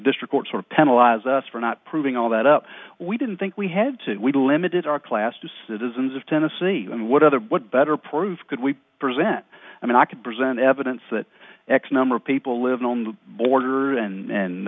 district court sort of penalize us for not proving all that up we didn't think we had to we limited our class to citizens of tennessee and what other what better proof could we present i mean i could present evidence that x number of people living on the border and a